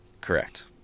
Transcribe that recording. Correct